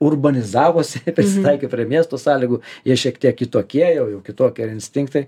urbanizavosi prisitaikė prie miesto sąlygų jie šiek tiek kitokie jau jau kitokie instinktai